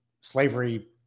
slavery